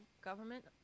government